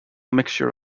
mixture